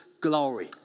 glory